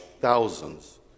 thousands